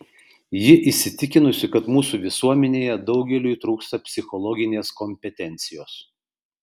ji įsitikinusi kad mūsų visuomenėje daugeliui trūksta psichologinės kompetencijos